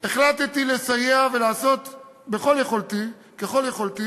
החלטתי לסייע ולעשות ככל יכולתי